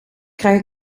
krijg